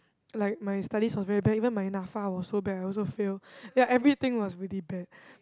like my studies was very bad even my Napfa was so bad I also fail ya everything was really bad